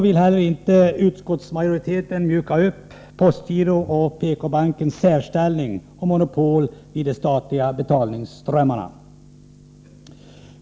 Utskottsmajoriteten vill inte heller mjuka upp postgirots och PK-bankens särställning och monopol i fråga om de statliga betalningsströmmarna.